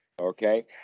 Okay